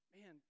Man